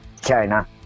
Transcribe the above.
China